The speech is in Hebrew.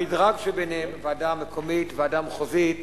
המדרג שביניהן, ועדה מקומית, ועדה מחוזית,